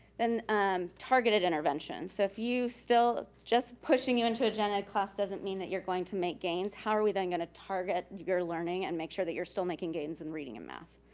then um targeted intervention. so if you still, just pushing you into a gen ed class doesn't mean that you're going to make gains. how are we then going to target your learning and make sure that you're still making gains in reading and math?